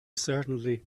certainly